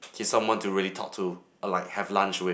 he's someone to really talk to or like have lunch with